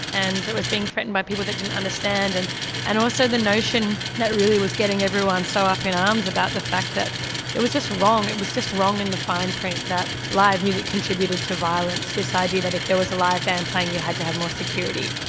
and it was being threatened by people that didn't understand. and and also the notion that really was getting everyone so up in arms about the fact that it was just wrong, it was just wrong in the fine print that live music contributed to violence, this idea that if there was a live band playing you had to have more security,